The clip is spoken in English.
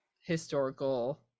historical